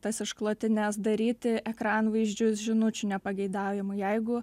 tas išklotines daryti ekranvaizdžius žinučių nepageidaujamų jeigu